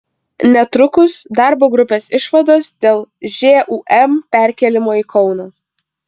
netrukus darbo grupės išvados dėl žūm perkėlimo į kauną